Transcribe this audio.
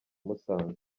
musanze